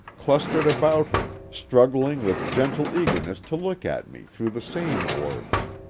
clustered about her, struggling with gentle eagerness to look at me through the same orbs.